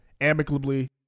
amicably